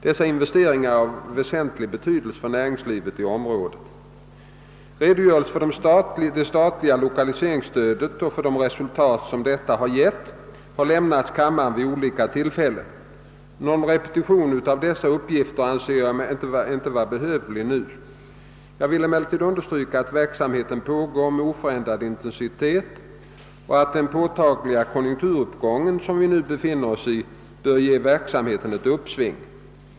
Dessa investeringar är av väsentlig betydelse för näringslivet 1 området. Redogörelser för det statliga lokaliseringsstödet och för de resultat som detta har gett har lämnats kammaren vid olika tillfällen. Någon repetition av dessa uppgifter anser jag inte vara behövlig nu. Jag vill emellertid understryka att verksamheten pågår med oförändrad intensitet och att den påtagliga konjunkturuppgång som vi nu befinner oss i bör ge verksamheten ett uppsving.